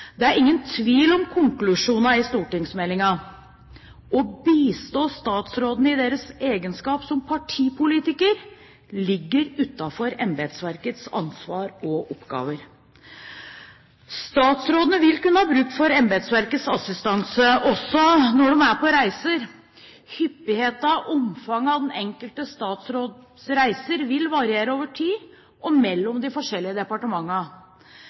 Det er ingen tvil om konklusjonen i stortingsmeldingen: å bistå statsrådene i deres egenskap av partipolitiker ligger utenfor embetsverkets ansvar og oppgaver. Statsrådene vil kunne ha bruk for embetsverkets assistanse også når de er på reiser. Hyppigheten og omfanget av de enkelte statsråders reiser vil variere over tid og mellom de forskjellige departementene.